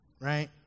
right